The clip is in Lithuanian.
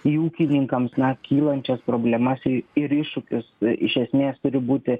į ūkininkams kylančias problemas ir iššūkius iš esmės turi būti